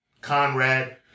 Conrad